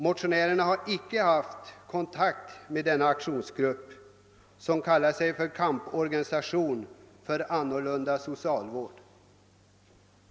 Vi har dock inte haft någon kontakt med den aktionsgrupp som kallar sig Kamporganisationen för annorlunda socialvård.